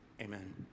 Amen